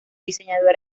diseñadora